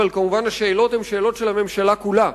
אבל כמובן השאלות הן שאלות על הממשלה כולה.